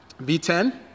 V10